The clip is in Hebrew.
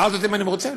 שאלת אותי אם אני מרוצה?